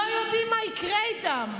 לא יודעים מה יקרה איתם.